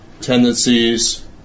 tendencies